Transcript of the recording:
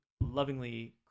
lovingly